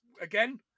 again